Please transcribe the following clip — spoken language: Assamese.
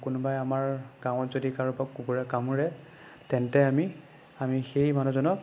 কোনোবাই আমাৰ গাঁৱত যদি কাৰোবাক কুকুৰে কামুৰে তেন্তে আমি আমি সেই মানুহজনক